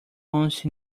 once